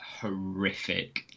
horrific